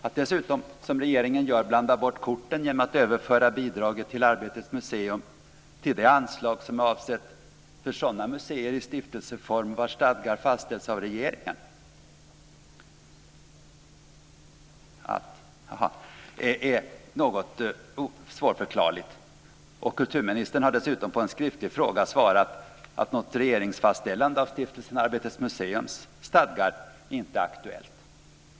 Att dessutom, som regeringen gör, blanda bort korten genom att överföra bidraget till Arbetets museum till det anslag som är avsett för sådana museer i stiftelseform vars stadgar fastställts av regeringen är något svårförklarligt. Kulturministern har dessutom på en skriftlig fråga svarat att något regeringsfastställande av stiftelsen Arbetets museums stadgar inte är aktuellt.